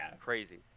Crazy